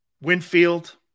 Winfield